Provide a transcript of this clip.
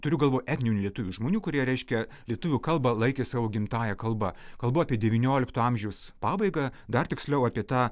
turiu galvoj etninių lietuvių žmonių kurie reiškia lietuvių kalbą laikė savo gimtąja kalba kalbu apie devyniolikto amžiaus pabaigą dar tiksliau apie tą